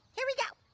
here we go.